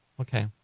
Okay